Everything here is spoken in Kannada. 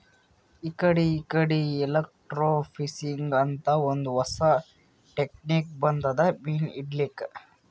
ಇಕಡಿ ಇಕಡಿ ಎಲೆಕ್ರ್ಟೋಫಿಶಿಂಗ್ ಅಂತ್ ಒಂದ್ ಹೊಸಾ ಟೆಕ್ನಿಕ್ ಬಂದದ್ ಮೀನ್ ಹಿಡ್ಲಿಕ್ಕ್